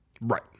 Right